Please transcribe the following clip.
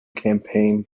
campaign